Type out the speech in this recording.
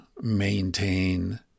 maintain